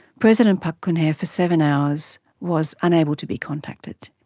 president park geun-hye for seven hours was unable to be contacted.